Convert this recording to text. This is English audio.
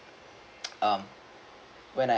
um when I